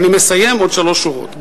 אני מסיים, עוד שלוש שורות.